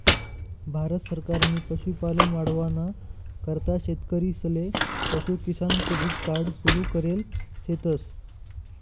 भारत सरकारनी पशुपालन वाढावाना करता शेतकरीसले पशु किसान क्रेडिट कार्ड सुरु करेल शेतस